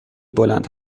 بلند